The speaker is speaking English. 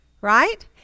Right